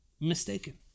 mistaken